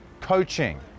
coaching